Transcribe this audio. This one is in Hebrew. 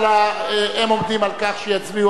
הם עומדים על כך שיצביעו,